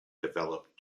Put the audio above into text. developed